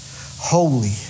Holy